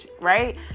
right